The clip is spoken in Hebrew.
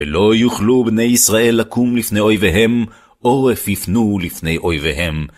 ולא יוכלו בני ישראל לקום לפני אויביהם, עורף הפנו לפני אויביהם.